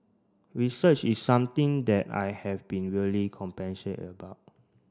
research is something that I have been really about